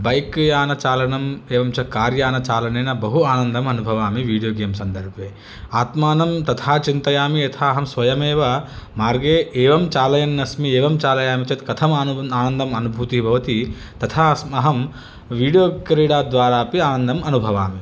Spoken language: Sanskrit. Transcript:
बैक् यानचालनं एवं च कार्यानचालनेन बहु आनन्दम् अनुभवामि विडियो गेम् सन्दर्भे आत्मानं तथा चिन्तयामि यथाहं स्वयमेव मार्गे एवं चालयन् अस्मि एवं चालयामि चेत् कथम् आनुबु आनन्दम् अनुभूति भवति तथा अस्म् अहं विडियो क्रीडा द्वारा अपि आनन्दम् अनुभवामि